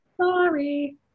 Sorry